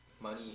money